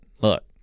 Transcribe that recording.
Look